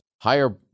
higher